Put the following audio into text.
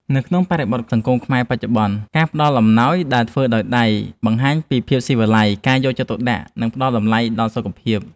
នៅក្នុងបរិបទសង្គមខ្មែរបច្ចុប្បន្ន ការផ្តល់អំណោយដែលធ្វើដោយដៃ បង្ហាញពីភាពស៊ីវិល័យ ការយកចិត្តទុកដាក់ និងការផ្តល់តម្លៃដល់សុខភាព។